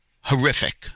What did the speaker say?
horrific